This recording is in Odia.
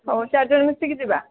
ହେଉ ଚାରିଜଣ ମିଶିକି ଯିବା